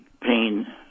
pain